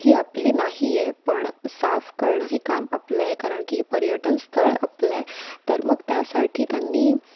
ही आपली नाही आहे पण साफ करणं हे काम आपलं आहे कारण की हे पर्यटन स्थळ आपलं आहे तर मग त्यासाठी त्यांनी